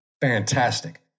fantastic